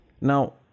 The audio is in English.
Now